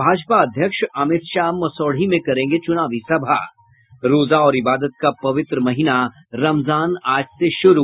भाजपा अध्यक्ष अमित शाह मसौढ़ी में करेंगे चूनावी सभा रोजा और इबादत का पवित्र महीना रमजान आज से शुरू